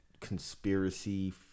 conspiracy